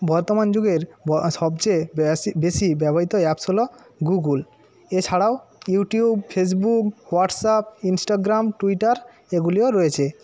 বর্তমান যুগের সবচেয়ে বেশি ব্যবহৃত অ্যাপ্স হলো গুগল এছাড়াও YouTube Facebook WhatsApp Instagram Twitter এগুলিও রয়েছে